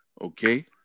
Okay